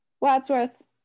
Wadsworth